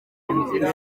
ivugururwa